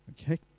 Okay